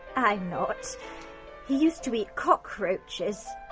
i'm not. he used to eat cockroaches.